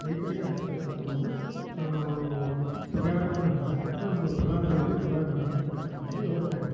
ರೈತರಿಗೆ ಹಂಚ್ತಕ್ಕಂಥ ಒಂದು ಪರಿಹಾರವನ್ನು ಹಂಚ್ತಕ್ಕಂಥ ಒಂದು ಫಲಾನುಭವಿಗಳಿಗೆ ಫಲಾನ ಹಂಚ್ತಕ್ಕಂಥ ಒಂದು ವ್ಯವಸ್ಥೆ ಇದೆ